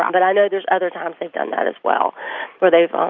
um but i know there's other times they've done that as well where they've, um